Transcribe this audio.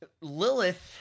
Lilith